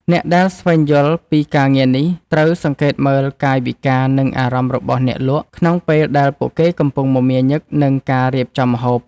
អ្នកដែលស្វែងយល់ពីការងារនេះ ត្រូវសង្កេតមើលកាយវិការ និងអារម្មណ៍របស់អ្នកលក់ ក្នុងពេលដែលពួកគេកំពុងមមាញឹកនឹងការរៀបចំម្ហូប។